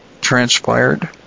transpired